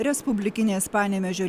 respublikinės panevėžio